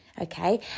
okay